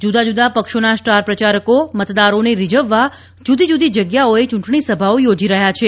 જુદા જુદા પક્ષોના સ્ટાર પ્રચારકો મતદારોને રીઝવવા જુદી જુદી જગ્યાઓએ ચૂંટણી સભાઓ યોજી રહ્યા છે